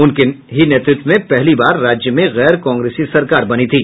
उनके ही नेतृत्व में पहली बार राज्य में गैर कांग्रेसी सरकार बनी थी